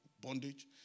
bondage